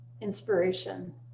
inspiration